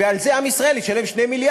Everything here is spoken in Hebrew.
ועל זה עם ישראל ישלם 2 מיליארד.